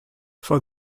for